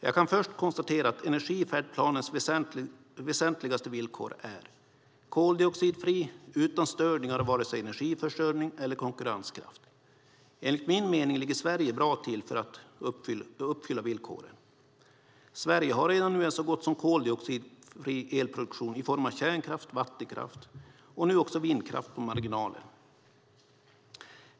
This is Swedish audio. Jag kan först konstatera att energifärdplanens väsentligaste villkor är: koldioxidfri utan störningar av vare sig energiförsörjning eller konkurrenskraft. Enligt min mening ligger Sverige bra till för att uppfylla villkoren. Sverige har redan nu en så gott som koldioxidfri elproduktion i form av kärnkraft, vattenkraft och nu också vindkraft på marginalen.